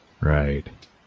Right